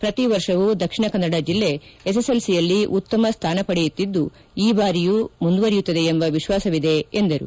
ಪ್ರತಿವರ್ಷವೂ ದಕ್ಷಿಣಕನ್ನಡ ಜಿಲ್ಲೆ ಎಸ್ಎಸ್ಎಲ್ಸಿಯಲ್ಲಿ ಉತ್ತಮ ಸ್ಥಾನಪಡೆಯುತ್ತಿದ್ದು ಈ ಭಾರಿಯೂ ಮುಂದುವರಿಯುತ್ತದೆ ಎಂಬ ವಿಶ್ವಾಸವಿದೆ ಎಂದರು